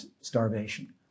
starvation